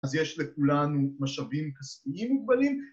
‫אז יש לכולנו משאבים כספיים מוגבלים.